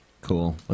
Cool